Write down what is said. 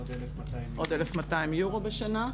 עוד 1,200 אירו בשנה.